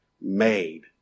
made